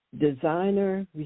Designer